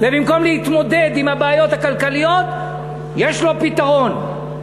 ובמקום להתמודד עם הבעיות הכלכליות יש לו פתרון,